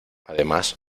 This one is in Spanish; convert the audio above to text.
además